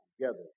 together